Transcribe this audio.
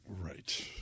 Right